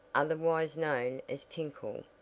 otherwise known as tinkle,